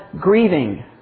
grieving